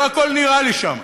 לא הכול נראה לי שם,